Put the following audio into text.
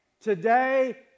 today